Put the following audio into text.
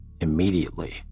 immediately